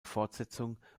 fortsetzung